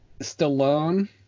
stallone